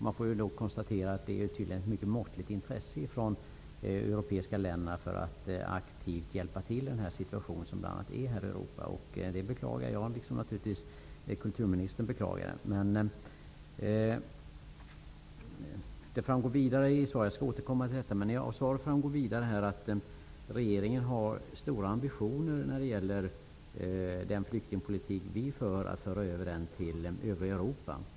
Man måste då konstatera att det tydligen är ett mycket måttligt intresse från de europeiska länderna för att aktivt hjälpa till i den situation som nu råder i Europa. Det beklagar jag liksom naturligtvis också kulturministern beklagar det. Av svaret framgår vidare att regeringen har höga ambitioner att föra över vår flyktingpolitik till övriga Europa.